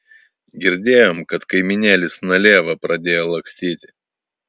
girdėjom kad kaimynėlis na lieva pradėjo lakstyti